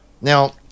Now